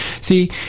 See